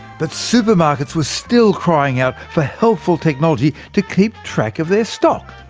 but supermarkets were still crying out for helpful technology to keep track of their stock.